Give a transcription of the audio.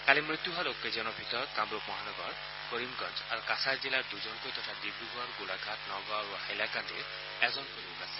কালি মৃত্যু হোৱা লোক কেইজনৰ ভিতৰত কামৰূপ মহানগৰ কৰিমগঞ্জ আৰু কাছাৰ জিলাৰ দুজনকৈ তথা ডিব্ৰুগড় গোলাঘাট নগাঁও আৰু হাইলাকান্দিৰ এজনকৈ লোক আছে